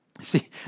See